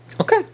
Okay